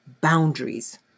boundaries